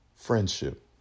Friendship